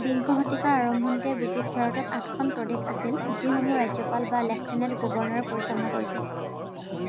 বিংশ শতিকাৰ আৰম্ভণিতে ব্ৰিটিছ ভাৰতত আঠখন প্ৰদেশ আছিল যিসমূহ ৰাজ্যপাল বা লেফটেনেণ্ট গৱৰ্ণৰে পৰিচালনা কৰিছিল